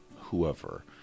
whoever